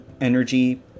energy